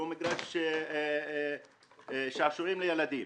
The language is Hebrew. לא גינת שעשועים לילדים.